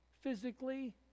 physically